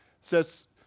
says